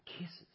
kisses